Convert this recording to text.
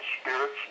spirits